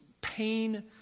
pain